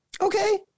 Okay